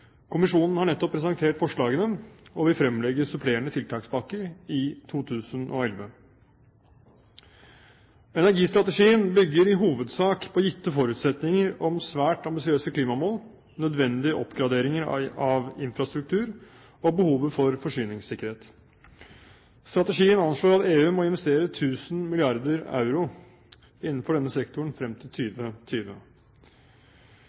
Kommisjonen har nettopp presentert forslagene, og vil fremlegg supplerende tiltakspakker i 2011. Energistrategien bygger i hovedsak på gitte forutsetninger om svært ambisiøse klimamål, nødvendige oppgraderinger av infrastruktur og behovet for forsyningssikkerhet. Strategien anslår at EU må investere 1 000 mrd. euro innenfor denne sektoren frem til